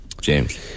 James